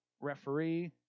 Referee